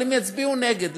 אבל הם יצביעו נגד.